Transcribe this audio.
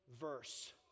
verse